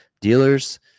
Dealers